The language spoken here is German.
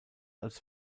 als